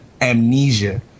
amnesia